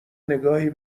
نگاهی